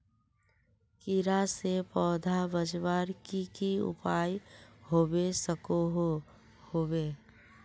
कीड़ा से पौधा बचवार की की उपाय होबे सकोहो होबे?